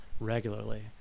regularly